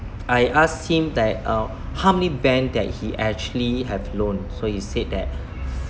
I asked him that uh how many bank that he actually have loan so he said that